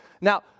Now